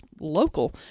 local